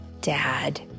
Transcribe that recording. dad